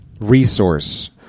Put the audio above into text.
resource